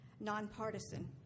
nonpartisan